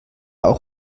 auch